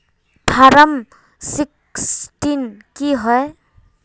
Form sixteen की होय?